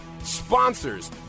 sponsors